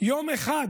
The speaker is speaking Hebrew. יום אחד